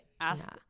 Ask